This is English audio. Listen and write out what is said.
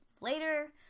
later